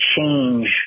change